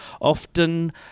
Often